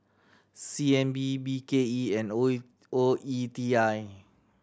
C N B B K E and O A O E T I